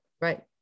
Right